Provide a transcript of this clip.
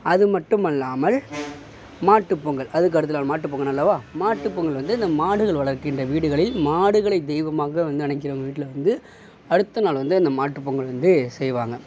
அது மட்டுமல்லாமல் மாட்டு பொங்கல் அதுக்கடுத்தநாள் மாட்டு பொங்கல் அல்லவா மாட்டு பொங்கல் வந்து அந்த மாடுகள் வளர்க்கின்ற வீடுகளில் மாடுகளை தெய்வமாக வந்து நினைக்கிறவங்க வீட்டில் வந்து அடுத்த நாள் வந்து அந்த மாட்டு பொங்கல் வந்து செய்வாங்க